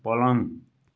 पलङ